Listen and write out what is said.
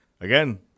again